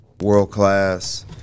world-class